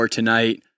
tonight